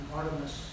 Artemis